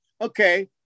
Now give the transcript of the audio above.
okay